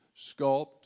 sculpt